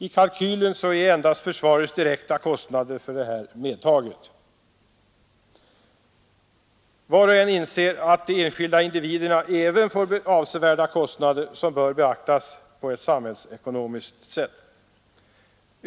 I kalkylen är endast försvarets direkta kostnader för detta medtagna. Var och en inser att även de enskilda individerna får avsevärda kostnader, som bör beaktas vid ett samhällsekonomiskt synsätt.